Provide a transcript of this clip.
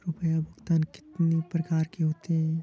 रुपया भुगतान कितनी प्रकार के होते हैं?